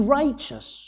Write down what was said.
righteous